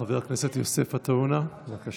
חבר הכנסת יוסף עטאונה, בבקשה.